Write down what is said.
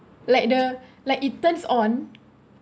like the like it turns on